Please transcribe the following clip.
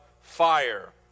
fire